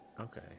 Okay